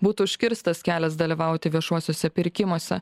būtų užkirstas kelias dalyvauti viešuosiuose pirkimuose